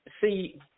See